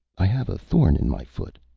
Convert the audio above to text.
i have a thorn in my foot,